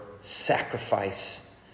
sacrifice